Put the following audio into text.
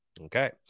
Okay